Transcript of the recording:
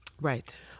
Right